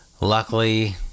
luckily